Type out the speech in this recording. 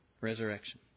Resurrection